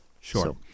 Sure